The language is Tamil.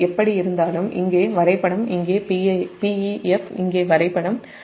எப்படியிருந்தாலும் இங்கே வரைபடம் Pef இங்கே வரைபடம் PefPef Pmax sin δ1